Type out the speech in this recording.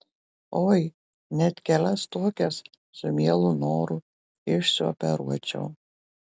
oi net kelias tokias su mielu noru išsioperuočiau